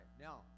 now